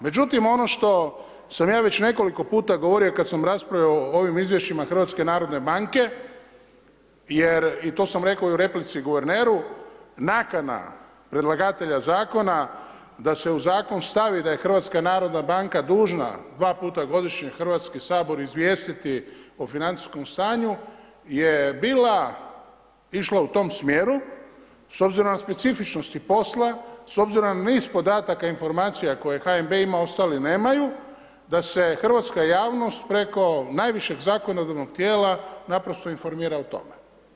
Međutim, ono što sam ja već nekoliko puta govorio kad sam raspravljao o ovim izvješćima HNB-a jer i to sam rekao u replici guverneru, nakana predlagatelja zakona da se u zakon stavi da je HNB dužna 2 puta godišnje Hrvatski sabor izvijestiti o financijskom stanju, je bila išla u tom smjeru s obzirom na specifičnosti posla, s obzirom na niz podataka, informacija koje HNB ima, a ostali nemaju, da se hrvatska javnost preko najvišeg zakonodavnog tijela naprosto informira o tome.